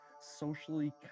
socially